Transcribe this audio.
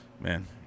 Man